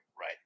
right